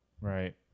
Right